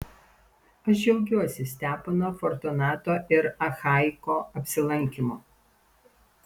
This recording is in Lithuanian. aš džiaugiuosi stepono fortunato ir achaiko apsilankymu